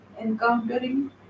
encountering